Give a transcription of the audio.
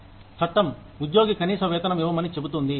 చట్టం ఉద్యోగి కనీస వేతనం ఇవ్వమని చెబుతుంది